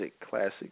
classic